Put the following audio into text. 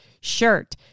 shirt